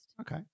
Okay